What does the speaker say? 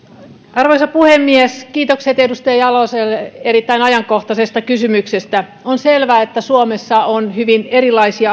arvoisa puhemies kiitokset edustaja jaloselle erittäin ajankohtaisesta kysymyksestä on selvä että suomessa on hyvin erilaisia